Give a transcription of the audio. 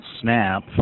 SNAP